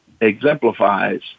exemplifies